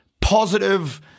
positive